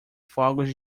fogos